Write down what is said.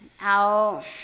out